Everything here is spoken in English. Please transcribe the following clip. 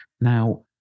now